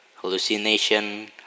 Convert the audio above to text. hallucination